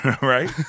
Right